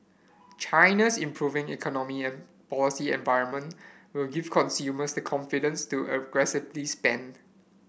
China's improving economy and policy environment will give consumers the confidence to aggressively spend